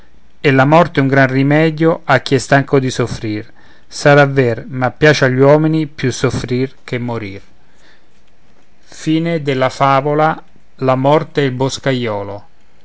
è la morte un gran rimedio a chi è stanco di soffrir sarà ver ma piace agli uomini più soffrire che morir